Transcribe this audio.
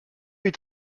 est